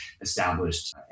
established